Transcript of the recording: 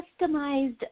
customized